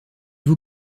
vous